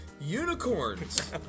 unicorns